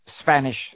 Spanish